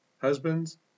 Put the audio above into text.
Husbands